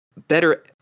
better